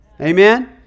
Amen